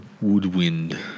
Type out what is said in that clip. woodwind